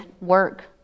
work